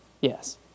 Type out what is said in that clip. Yes